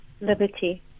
Liberty